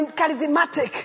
charismatic